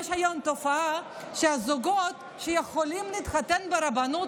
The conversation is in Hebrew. יש היום תופעה שזוגות שיכולים להתחתן ברבנות